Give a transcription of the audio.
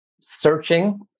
searching